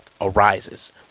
arises